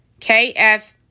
KF